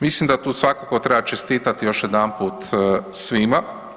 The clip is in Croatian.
Mislim da tu svakako treba čestitati još jedanput svima.